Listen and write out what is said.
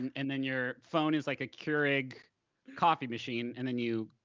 and then your phone is like a keurig coffee machine, and then you